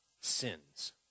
sins